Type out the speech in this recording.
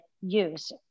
use